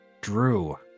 Drew